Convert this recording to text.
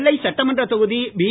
நெல்லைசட்டமன்றதொகுதிபி